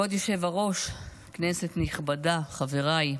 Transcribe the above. כבוד היושב-ראש, כנסת נכבדה, חבריי,